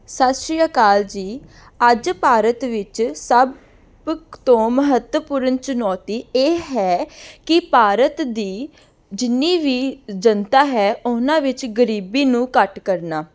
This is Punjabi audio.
ਸਤਿ ਸ਼੍ਰੀ ਅਕਾਲ ਜੀ ਅੱਜ ਭਾਰਤ ਵਿੱਚ ਸਭ ਤੋਂ ਮਹੱਤਵਪੂਰਨ ਚੁਣੌਤੀ ਇਹ ਹੈ ਕਿ ਭਾਰਤ ਦੀ ਜਿੰਨੀ ਵੀ ਜਨਤਾ ਹੈ ਉਹਨਾਂ ਵਿੱਚ ਗਰੀਬੀ ਨੂੰ ਘੱਟ ਕਰਨਾ